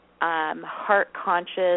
heart-conscious